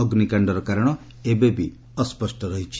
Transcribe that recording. ଅଗ୍ନିକାଶ୍ଡର କାରଣ ଏବେ ବି ଅସ୍ୱଷ୍ଟ ରହିଛି